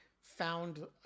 found